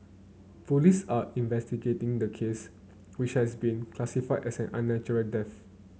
police are investigating the case which has been classified as an unnatural death